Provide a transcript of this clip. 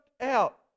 out